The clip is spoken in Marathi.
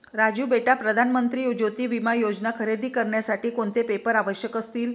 राजू बेटा प्रधान मंत्री ज्योती विमा योजना खरेदी करण्यासाठी कोणते पेपर आवश्यक असतील?